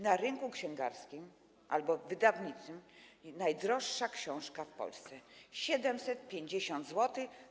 Na rynku księgarskim albo wydawniczym najdroższa książka w Polsce - 750 zł.